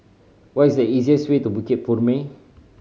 what is the easiest way to Bukit Purmei